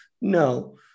No